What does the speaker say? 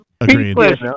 Agreed